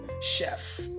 chef